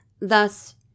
Thus